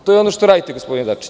To je ono što radite, gospodine Dačiću.